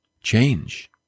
change